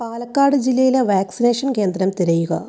പാലക്കാട് ജില്ലയിലെ വാക്സിനേഷൻ കേന്ദ്രം തിരയുക